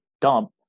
dump